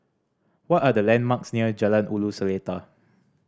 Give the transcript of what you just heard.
what are the landmarks near Jalan Ulu Seletar